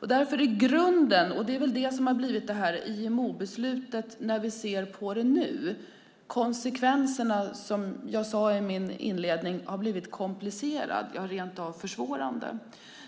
Det är grunden, och nu ser vi, som jag sade i min inledning, att konsekvenserna av det här IMO-beslutet har blivit komplicerade, rent av försvårande.